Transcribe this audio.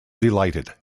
delighted